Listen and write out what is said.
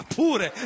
pure